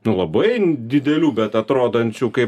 nu labai didelių bet atrodančių kai